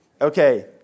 Okay